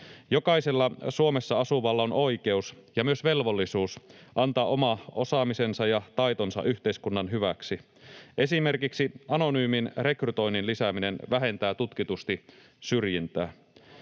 Jokaisella Suomessa asuvalla on oikeus ja myös velvollisuus antaa oma osaamisensa ja taitonsa yhteiskunnan hyväksi. Esimerkiksi anonyymin rekrytoinnin lisääminen vähentää tutkitusti syrjintää.